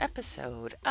Episode